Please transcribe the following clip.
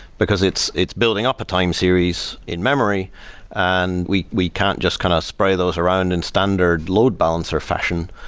because it's it's building up a time series in-memory and we we can't just kind of spray those around in standard load balancer fashion.